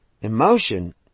Emotion